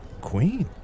queen